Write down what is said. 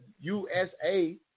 USA